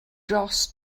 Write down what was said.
dros